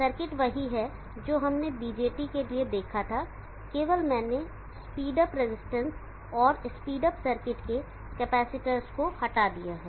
circuit वही है जो हमने BJT के लिए देखा था केवल मैंने स्पीड अप रजिस्टेंस और स्पीड अप सर्किट के कैपेसिटरस को हटा दिया है